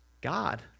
god